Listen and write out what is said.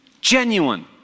genuine